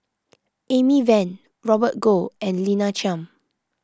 Amy Van Robert Goh and Lina Chiam